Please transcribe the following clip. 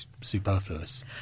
superfluous